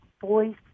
voice